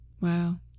Wow